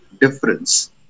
difference